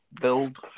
build